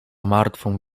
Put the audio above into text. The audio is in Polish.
martwą